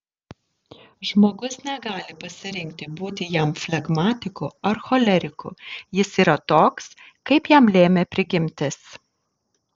žmogus negali pasirinkti būti jam flegmatiku ar choleriku jis yra toks kaip jam lėmė prigimtis